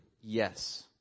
Yes